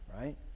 right